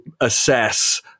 assess